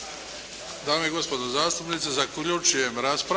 Dame i gospodo zastupnici, zaključujem raspravu,